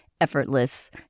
effortless